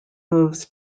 moves